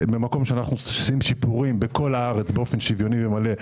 במקום שאנחנו עושים שיפורים בכל הארץ באופן שוויוני ומלא,